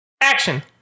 Action